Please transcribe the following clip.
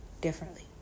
Differently